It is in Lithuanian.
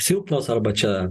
silpnos arba čia